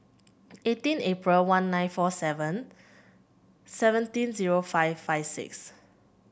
eighteen April one nine four seven seventeen zero five five six